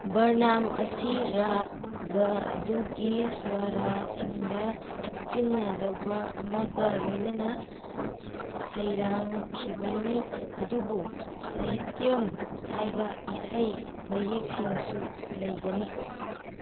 ꯕꯔꯅꯥꯝ ꯑꯁꯤ ꯔꯥꯒꯥ ꯑꯗꯨꯒꯤ ꯁ꯭ꯋꯥꯔꯥꯁꯤꯡꯗ ꯍꯛꯆꯤꯟꯅ ꯂꯧꯕ ꯑꯃꯒ ꯂꯣꯏꯅꯅ ꯁꯩꯔꯥꯡꯈꯤꯕꯅꯤ ꯑꯗꯨꯕꯨ ꯁꯍꯤꯇ꯭ꯌꯝ ꯍꯥꯏꯕ ꯏꯁꯩ ꯃꯌꯦꯛꯁꯤꯡꯁꯨ ꯂꯩꯒꯅꯤ